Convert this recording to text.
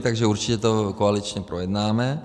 Takže určitě to koaličně projednáme.